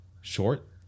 short